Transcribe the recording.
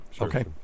Okay